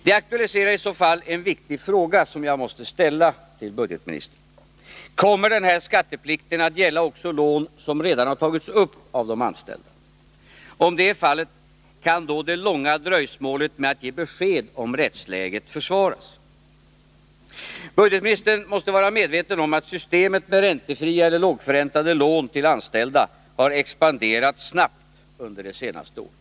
Det aktualiserar i så fall en viktig fråga som jag måste ställa till budgetministern: Kommer den här skatteplikten att gälla också lån som redan har tagits upp av de anställda? Om det är fallet, kan då det långa dröjsmålet med att ge besked om rättsläget försvaras? Budgetministern måste vara medveten om att systemet med räntefria eller lågförräntade lån till anställda har expanderat snabbt under det senaste året.